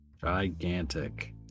Gigantic